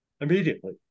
immediately